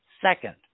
second